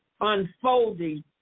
unfolding